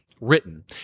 written